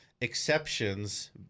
exceptions